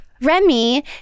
Remy